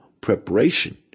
preparation